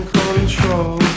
control